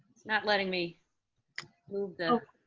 not letting me move the.